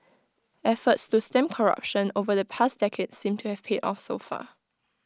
efforts to stem corruption over the past decade seem to have paid off so far